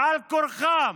בעל כורחם,